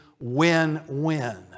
win-win